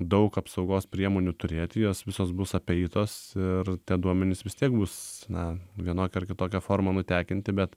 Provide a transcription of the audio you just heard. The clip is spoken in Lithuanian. daug apsaugos priemonių turėti jos visos bus apeitos ir tie duomenys vis tiek bus na vienokia ar kitokia forma nutekinti bet